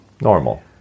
Normal